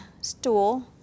stool